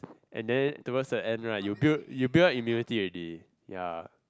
and then towards the end right you build you build up immunity already ya